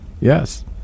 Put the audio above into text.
yes